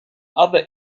other